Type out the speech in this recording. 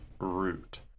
root